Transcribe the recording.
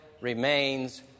remains